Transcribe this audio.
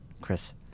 Chris